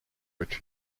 which